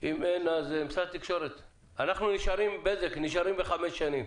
בזק, אנחנו נשארים בחמש שנים.